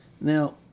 Now